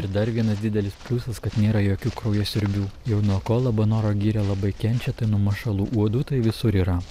ir dar vienas didelis pliusas kad nėra jokių kraujasiurbių jau nuo ko labanoro giria labai kenčia tai nuo mašalų uodų tai visur yra